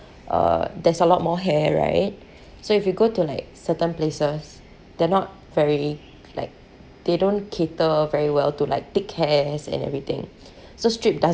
uh there's a lot more hair right so if you go to like certain places they're not very like they don't cater very well to like thick hairs and everything so strip does